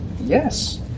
Yes